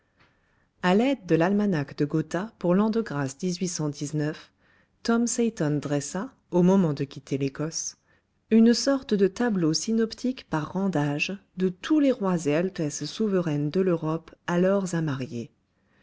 à l'aide de l'almanach de gotha pour l'an de grâce tom seyton dressa au moment de quitter l'écosse une sorte de tableau synoptique par rang d'âge de tous les rois et altesses souveraines de l'europe alors à marier